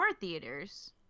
theaters